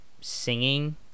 singing